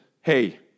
hey